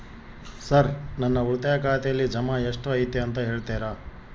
Sir ನನ್ನ ಉಳಿತಾಯ ಖಾತೆಯಲ್ಲಿ ಜಮಾ ಎಷ್ಟು ಐತಿ ಅಂತ ಹೇಳ್ತೇರಾ?